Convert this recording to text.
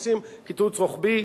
עושים קיצוץ רוחבי,